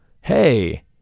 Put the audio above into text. hey